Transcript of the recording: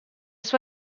sua